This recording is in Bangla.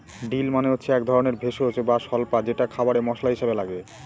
ডিল মানে হচ্ছে এক ধরনের ভেষজ বা স্বল্পা যেটা খাবারে মশলা হিসাবে লাগে